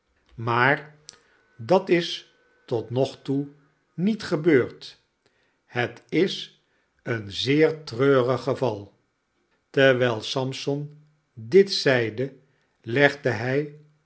maar dat is tot nog toe niet gebeurd het is een zeer treurig geval terwijl sampson dit zeide legde hij